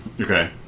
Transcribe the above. Okay